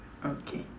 okay